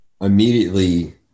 immediately